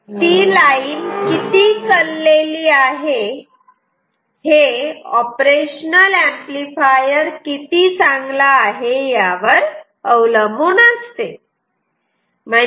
ती लाईन किती कललेली आहे हे ऑपरेशनल ऍम्प्लिफायर किती चांगला आहे यावर अवलंबून असते